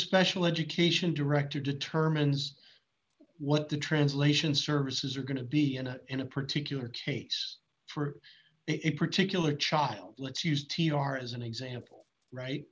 special education director determines what the translation services are going to be and in a particular case for it particular child let's use t r as an example right